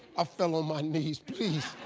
ah fell on my knees, please!